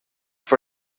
for